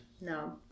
No